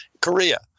Korea